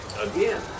again